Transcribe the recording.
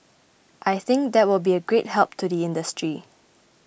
I think that will be a great help to the industry